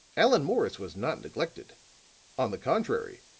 allan morris was not neglected on the contrary,